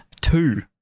two